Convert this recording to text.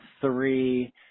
three